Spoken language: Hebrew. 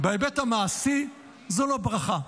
בהיבט המעשי זו לא ברכה.